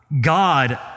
God